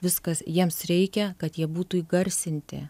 viskas jiems reikia kad jie būtų įgarsinti